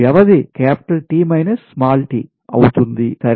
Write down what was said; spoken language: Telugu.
వ్యవధి T t అవుతుందిసరే